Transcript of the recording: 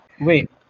wait